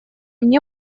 мне